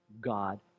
God